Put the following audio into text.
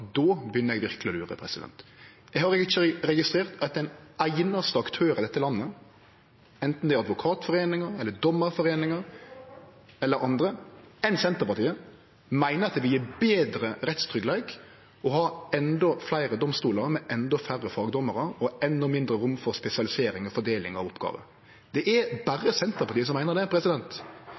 då begynner eg verkeleg å lure. Eg har ikkje registrert at ein einaste aktør i dette landet, anten det er Advokatforeningen eller Dommerforeningen, eller andre enn Senterpartiet, meiner at det vil gje betre rettstryggleik å ha enda fleire domstolar med enda færre fagdomarar og enda mindre rom for spesialisering og fordeling av oppgåver. Det er berre Senterpartiet som meiner det.